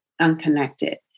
unconnected